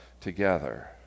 together